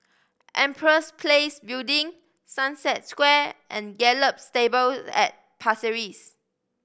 Empress Place Building Sunset Square and Gallop Stables at Pasir Ris